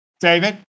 David